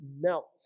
melt